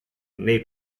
nei